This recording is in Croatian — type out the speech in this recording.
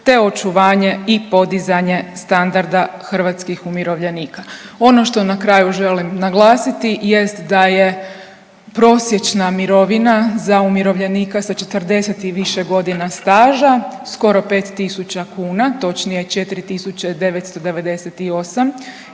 te očuvanje i podizanje standarda hrvatskih umirovljenika. Ono što na kraju želim naglasiti jest da je prosječna mirovina za umirovljenika sa 40 i više godina staža skoro 5 tisuća kuna, točnije, 4998 i da